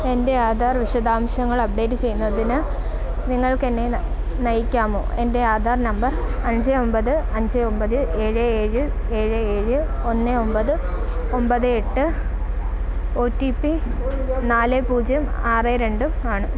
എൻ്റെ ആധാർ വിശദാംശങ്ങൾ അപ്ഡേറ്റ് ചെയ്യുന്നതിന് നിങ്ങൾക്ക് എന്നെ നയിക്കാമോ എൻ്റെ ആധാർ നമ്പർ അഞ്ച് ഒമ്പത് അഞ്ച് ഒമ്പത് ഏഴ് ഏഴ് ഏഴ് ഏഴ് ഒന്ന് ഒമ്പത് ഒമ്പത് എട്ട് ഒ ടി പി നാല് പൂജ്യം ആറ് രണ്ടും ആണ്